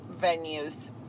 venues